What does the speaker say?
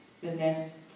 business